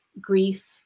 grief